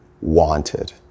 wanted